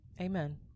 Amen